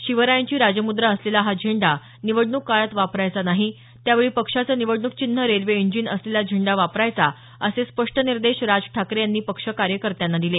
शिवरायांची राजमुद्रा असलेला हा झेंडा निवडणूक काळात वापरायचा नाही त्यावेळी पक्षाचं निवडणूक चिन्ह रेल्वे इंजीन असलेला झेंडा वापरायचा असे स्पष्ट निर्देश राज ठाकरे यांनी पक्ष कार्यकर्त्यांना दिले